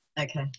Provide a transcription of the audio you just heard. Okay